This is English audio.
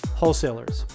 wholesalers